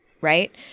right